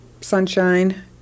sunshine